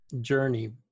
journey